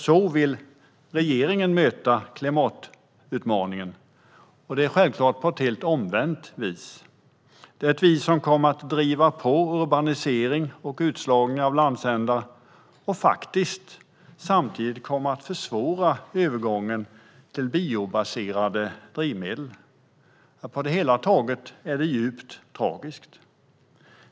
Så vill regeringen möta klimatutmaningen - på ett helt omvänt vis som kommer att driva på urbanisering och utslagning av landsändar och samtidigt försvåra övergången till biobaserade drivmedel. På det hela taget är det djupt tragiskt.